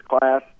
class